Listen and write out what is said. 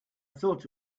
thought